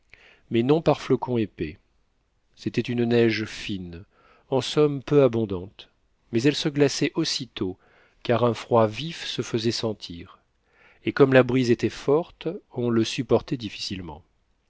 mais non par flocons épais c'était une neige fine en somme peu abondante mais elle se glaçait aussitôt car un froid vif se faisait sentir et comme la brise était forte on le supportait difficilement